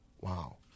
Wow